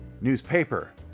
newspaper